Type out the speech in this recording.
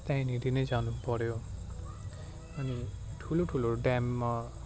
त्यहीनेरि नै जानुपर्यो अनि ठुलो ठुलो ड्याममा